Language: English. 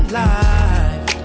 life